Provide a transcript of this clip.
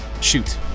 Shoot